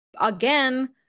again